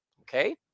Okay